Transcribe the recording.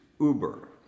Uber